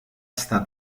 estar